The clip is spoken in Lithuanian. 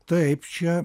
taip čia